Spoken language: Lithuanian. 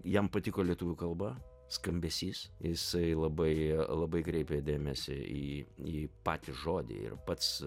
jam patiko lietuvių kalba skambesys jisai labai labai kreipė dėmesį į į patį žodį ir pats